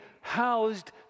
housed